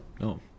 No